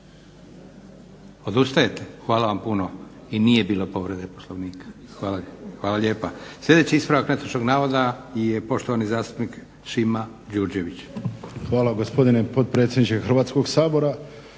Odustajete? Hvala vam puno. I nije bilo povrede Poslovnika. Hvala lijepa. Sljedeći ispravak netočnog navoda je poštovani zastupnik Šimo Đurđević. **Đurđević, Šimo (HDZ)** Hvala gospodine potpredsjedniče Hrvatskog sabora.